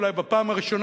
אולי בפעם הראשונה,